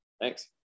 Thanks